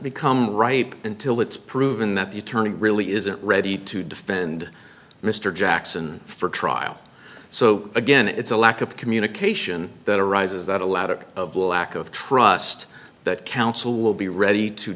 become ripe until it's proven that the attorney really isn't ready to defend mr jackson for trial so again it's a lack of communication that arises that a lot of lack of trust that counsel will be ready to